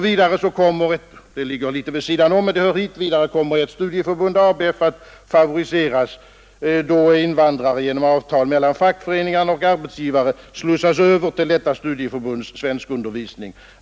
Vidare kommer ett studieförbund — vad jag här säger ligger litet vid sidan om men hör ändå hit — nämligen ABF, att favoriseras, då invandrarna genom avtal mellan fackföreningarna och arbetsgivarna slussas över till detta studieförbunds svenskundervisning.